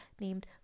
named